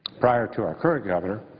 prior to our current governor,